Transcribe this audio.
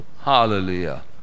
hallelujah